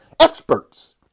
experts